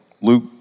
Luke